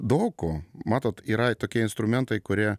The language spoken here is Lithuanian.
daug ko matot yra tokie instrumentai kurie